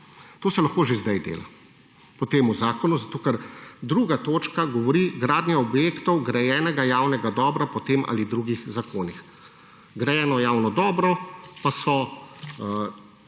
To se lahko že sedaj dela po tem zakonu, ker 2. točka govori: »Gradnja objektov grajenega javnega dobra po tem ali drugih zakonih.« Grajeno javno dobro pa so